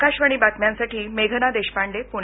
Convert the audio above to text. आकाशवाणी बातम्यांसाठी मेघना देशपांडे प्णे